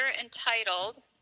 entitled